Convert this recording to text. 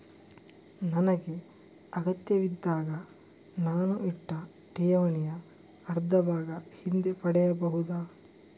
ನನಗೆ ಅಗತ್ಯವಿದ್ದಾಗ ನಾನು ಇಟ್ಟ ಠೇವಣಿಯ ಅರ್ಧಭಾಗ ಹಿಂದೆ ಪಡೆಯಬಹುದಾ?